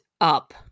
up